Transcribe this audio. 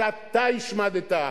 שאתה השמדת,